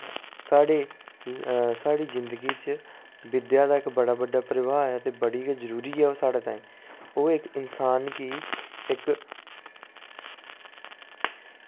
साढ़े साढ़ी जिंदगी च विद्या दा इक्क बड़ा बड्डा प्रवाह ऐ की ओह् बड़ी जरूरी ऐ साढ़े बिच एह् इक्क इन्सान गी इक